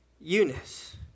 Eunice